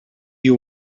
you